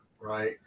right